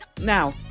now